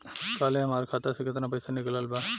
काल्हे हमार खाता से केतना पैसा निकलल बा?